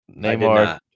Neymar